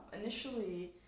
Initially